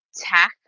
tech